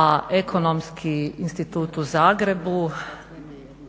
a ekonomski institut u Zagrebu